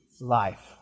life